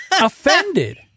offended